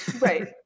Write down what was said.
Right